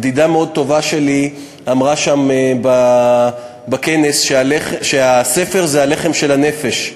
ידידה טובה מאוד שלי אמרה שם בכנס שהספר זה הלחם של הנפש.